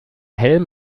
helm